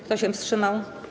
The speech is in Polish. Kto się wstrzymał?